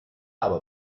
aber